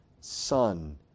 Son